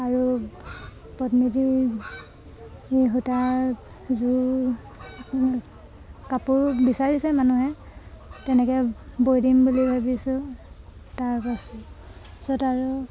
আৰু পদ্মিনী সূতাৰ যোৰ কাপোৰ বিচাৰিছে মানুহে তেনেকে বৈ দিম বুলি ভাবিছোঁ তাৰপাছত আৰু